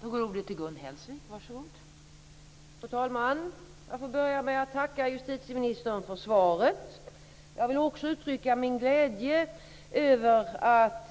Fru talman! Jag får börja med att tacka justitieministern för svaret. Jag vill också uttrycka min glädje över att